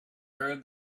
are